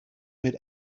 mit